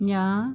ya